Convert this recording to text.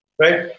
Right